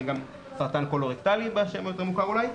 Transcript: סרטן קולורקאטלי בשם היותר מוכר אולי,